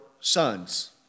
sons